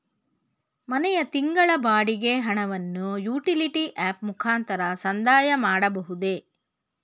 ಮನೆಯ ತಿಂಗಳ ಬಾಡಿಗೆ ಹಣವನ್ನು ಯುಟಿಲಿಟಿ ಆಪ್ ಮುಖಾಂತರ ಸಂದಾಯ ಮಾಡಬಹುದೇ?